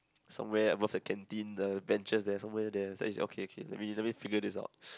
somewhere above the canteen uh benches there somewhere there then I say okay okay let me let me figure this out